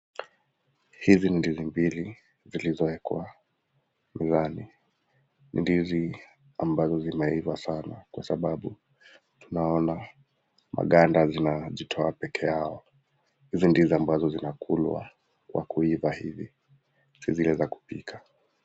Hizi ni ndizi mbili zilizowekwa ndani, ni ndizi ambazo zimeiva Sana, kwa sababu tuona maganda yanajitoa peke yao hizi ni ndizi huliwa kwa kuiva hivi, sio ndizi za kupikwa.